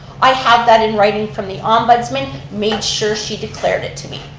i have that in writing from the ombudsman, made sure she declared it to me.